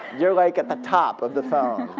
you're like at the top of the phone.